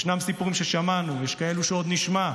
יש סיפורים ששמענו ויש כאלה שעוד נשמע,